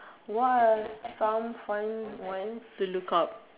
what are some fun ones to look up